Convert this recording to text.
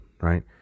right